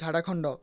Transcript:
Jharkhand